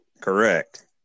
correct